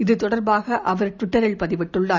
இது தொடர்பாக அவர் ட்விட்டரில் பதிவிட்டுள்ளார்